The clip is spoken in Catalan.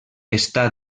està